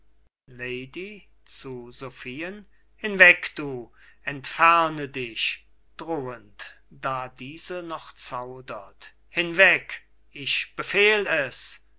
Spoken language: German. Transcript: entferne dich drohend da diese noch zaudert hinweg ich befehl es